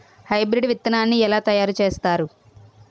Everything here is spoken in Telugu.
హైబ్రిడ్ విత్తనాన్ని ఏలా తయారు చేస్తారు?